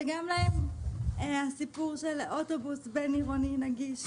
שגם להם הסיפור של אוטובוס בין-עירוני נגיש